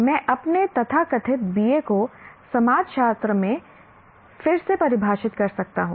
मैं अपने तथाकथित BA को समाजशास्त्र में फिर से परिभाषित कर सकता हूं